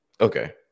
Okay